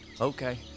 Okay